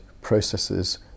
processes